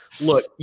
look